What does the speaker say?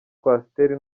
coaster